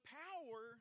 power